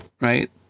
Right